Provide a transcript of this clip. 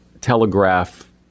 telegraph